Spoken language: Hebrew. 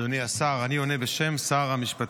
אדוני השר, אני עונה בשם שר המשפטים.